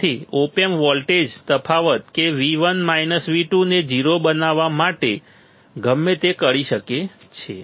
તેથી op amp voltage તફાવત કે V1 V2 ને 0 બનાવવા માટે ગમે તે કરી શકે છે